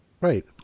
Right